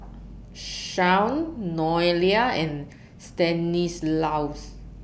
Shaun Noelia and Stanislaus